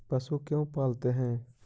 पशु क्यों पालते हैं?